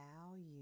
value